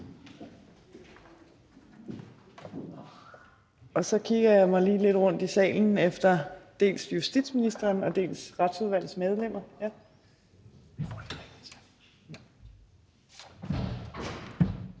Jeg kigger mig lige lidt rundt i salen efter dels justitsministeren, dels Retsudvalgets medlemmer.